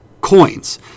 coins